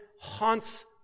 haunts